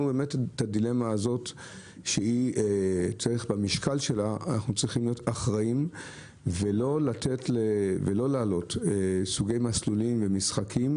אנחנו צריכים להיות אחראים ולא להעלות סוגי מסלולים ומשחקים,